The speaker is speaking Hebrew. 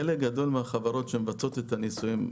חלק גדול מהחברות שמבצעות את הניסויים,